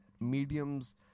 mediums